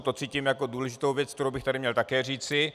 To cítím jako důležitou věc, kterou bych tady měl také říci.